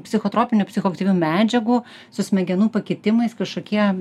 psichotropinių psichoaktyvių medžiagų su smegenų pakitimais kažkokie